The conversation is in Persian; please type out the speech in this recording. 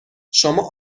شما